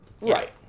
Right